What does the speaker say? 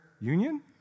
union